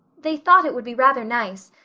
they thought it would be rather nice.